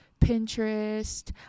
Pinterest